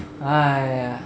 !aiya!